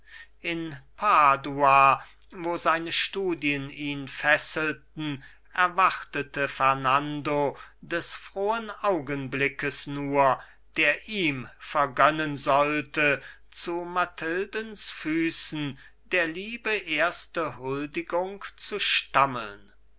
in padua wo seine studien ihn fesselten erwartete fernando des frohen augenblickes nur der ihm vergönnen sollte zu mathildens füßen der liebe erste huldigung zu stammeln